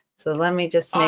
so let me just i mean